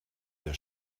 der